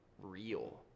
real